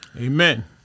Amen